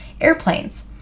airplanes